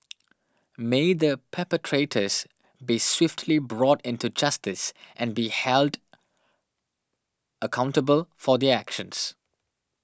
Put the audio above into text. may the perpetrators be swiftly brought into justice and be held accountable for their actions